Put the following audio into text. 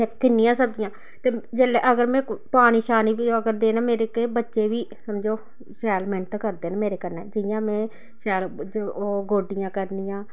में किन्नियां सब्जियां ते जेल्लै अगर में पानी शानी बी अगर देना मेरे ते बच्चे बी समझो शैल मेह्नत करदे न मेरे कन्नै जि'यां में शैल जो ओह् गोड्डियां करनी आं